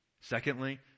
Secondly